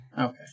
okay